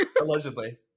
Allegedly